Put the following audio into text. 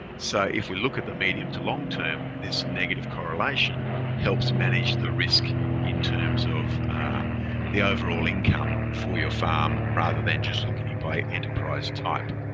so if we look at the medium to long-term, this negative correlation helps manage the risk in terms of the overall income for your farm rather than just looking by enterprise type.